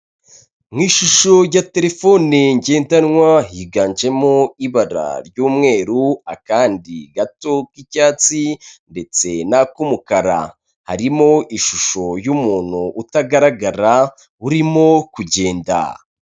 Mu ishusho ya telefone ngendanwa higanjemo ibara ry'umweru, akandi gato k'icyatsi ndetse nak'umukara harimo ishusho y'umuntu utagaragara urimo kugenda.